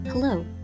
Hello